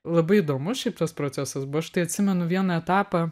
labai įdomus šiaip tas procesas buvo aš tai atsimenu vieną etapą